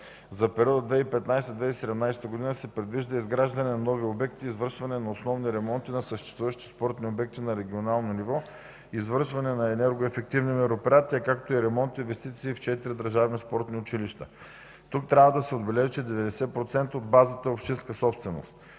За периода 2015 – 2017 г. се предвижда изграждане на нови обекти и извършване на основни ремонти на съществуващи спортни обекти на регионално ниво, извършване на енергоефективни мероприятия, както и ремонт и инвестиции в четири държавни спортни училища. Тук трябва да се отбележи, че 90% от базата е общинска собственост.